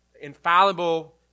infallible